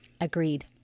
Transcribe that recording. Agreed